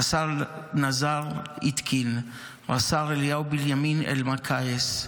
רס"ל נזר איטקין, רס"ר אליהו בנימין אלמקייס,